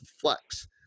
flex